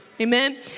Amen